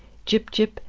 gyp, gyp,